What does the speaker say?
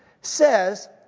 says